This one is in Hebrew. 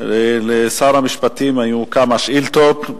לשר המשפטים הופנו כמה שאילתות.